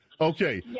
Okay